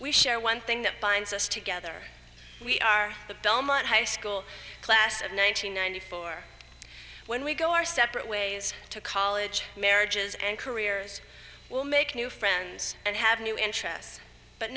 we share one thing that binds us together we are the belmont high school class of nine hundred ninety four when we go our separate ways to college marriages and careers will make new friends and have new interests but